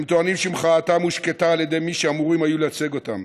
הם טוענים שמחאתם הושקטה על ידי מי שהיו אמורים לייצג אותם,